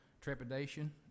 trepidation